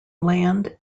land